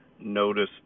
notice